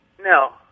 No